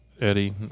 eddie